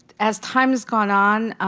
as time has gone on